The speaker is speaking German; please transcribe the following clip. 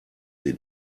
sie